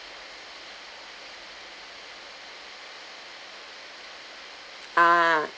uh